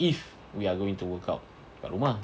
if we are going to workout kat rumah